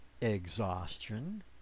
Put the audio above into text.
exhaustion